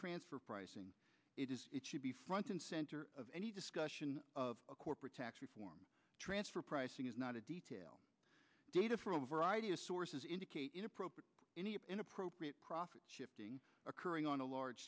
transfer pricing it should be front and center of any discussion of corporate tax reform transfer pricing is not a detail data for a variety of sources indicate inappropriate inappropriate profit shifting occurring on a large